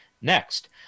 next